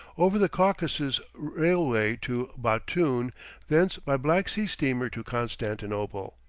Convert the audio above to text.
over the caucasus railway to batoum, thence by black sea steamer to constantinople.